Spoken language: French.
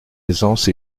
aisance